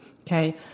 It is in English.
okay